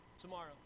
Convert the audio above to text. tomorrow